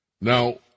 Now